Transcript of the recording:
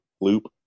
loop